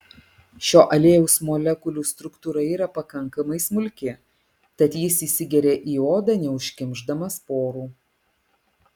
šio aliejaus molekulių struktūra yra pakankamai smulki tad jis įsigeria į odą neužkimšdamas porų